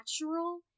natural